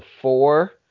four